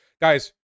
Guys